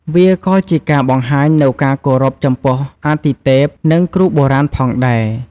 វាក៏ជាការបង្ហាញនូវការគោរពចំពោះអាទិទេព និងគ្រូបុរាណផងដែរ។